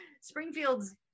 Springfield's